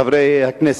חברי הכנסת,